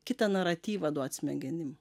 kitą naratyvą duot smegenim